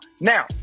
now